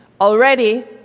Already